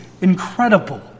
incredible